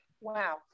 Wow